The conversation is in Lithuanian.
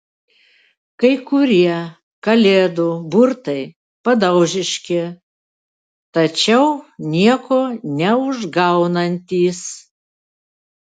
kai kurie kalėdų burtai padaužiški tačiau nieko neužgaunantys